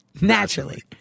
Naturally